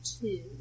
two